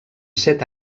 set